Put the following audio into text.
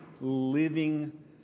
living